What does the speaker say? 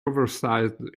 oversized